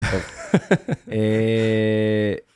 אאאא